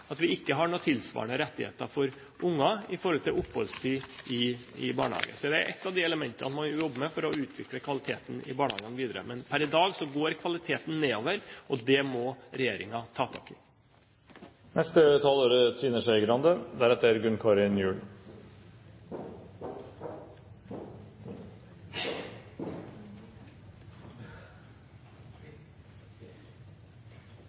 at vi ikke har tilsvarende rettigheter for unger når det gjelder oppholdstid i barnehagen. Det er et av de elementene man må jobbe med for å utvikle kvaliteten i barnehagen videre. Men per i dag går kvaliteten nedover, og det må regjeringen ta tak i.